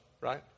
right